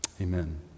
Amen